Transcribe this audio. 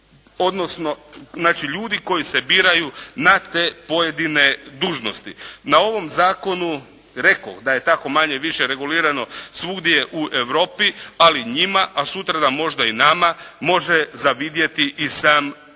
odnosno, znači ljudi koji se biraju na te pojedine dužnosti. Na ovom zakonu, rekoh da je tako manje-više regulirano svugdje u Europi, ali njima a sutradan može i nama može zavidjeti i sam Orwell.